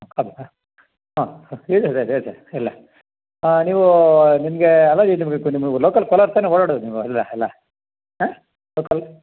ಆಗ್ಬೋದಾ ಹಾಂ ಹಾಂ ಹೇಳ್ತೆನೆ ಇಲ್ಲ ನೀವು ನಿಮಗೆ ನಿಮಗೆ ಲೋಕಲ್ ಕೊಲಾರ್ ತಾನೆ ಓಡಾಡೋದು ನೀವು ಎಲ್ಲ ಎಲ್ಲ ಹಾಂ ಲೋಕಲ್